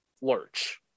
Lurch